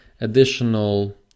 additional